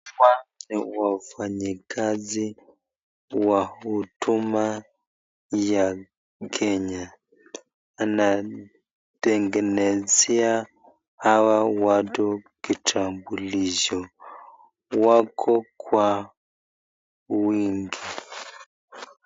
Hawa ni wafanyikazi wa huduma ya kenya, anatengenezea hawa watu kitambulisho, wako kwa wingi.